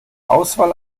auswahl